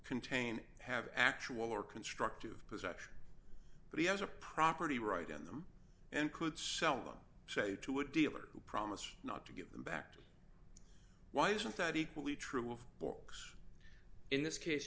contain have actual or constructive possession but he has a property right in them and could sell them say to a dealer who promise not to give them back to why isn't that equally true of books in this case